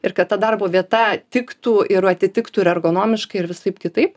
ir kad ta darbo vieta tiktų ir atitiktų ir ergonomiškai ir visaip kitaip